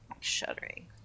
shuddering